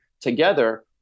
together